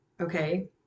okay